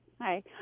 Hi